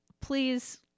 please